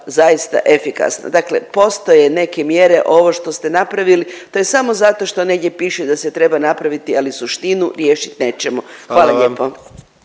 zaista efikasna. Dakle, postoje neke mjere. Ovo što ste napravili to je samo zato što negdje piše da se treba napraviti, ali suštinu riješit nećemo. Hvala